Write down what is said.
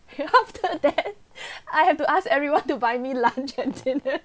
after that I have to ask everyone to buy me lunch and dinner